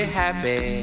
happy